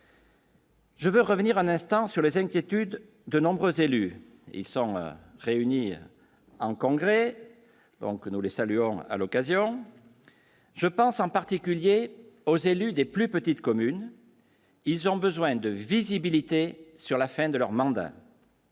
Je veux revenir un instant sur les inquiétudes de nombreux élus, ils sont réunis en congrès, donc nous le saluons à l'occasion, je pense en particulier aux élus des plus petites communes, ils ont besoin de visibilité sur la fin de leur mandat.